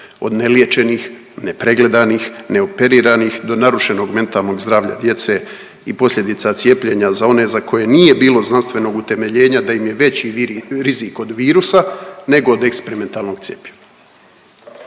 od neliječenih, nepregledanih, neoperiranih do narušenog mentalnog zdravlja djece i posljedica cijepljenja za one za koje nisu bilo znanstvenog utemeljenja da im je veći rizik od virusa nego od eksperimentalnog cjepiva.